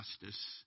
justice